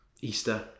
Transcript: Easter